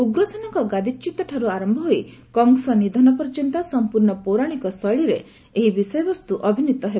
ଉଗ୍ରସେନଙ୍କ ଗାଦିଚ୍ୟୁତଠାରୁ ଆରମ୍ଭ ହୋଇ କଂସ ନିଧନ ପର୍ଯ୍ୟନ୍ତ ସଂପୂର୍ଣ୍ଣ ପୌରାଣିକ ଶୈଳୀରେ ଏହି ବିଷୟବସ୍ତୁ ଅଭିନୀତ ହେବ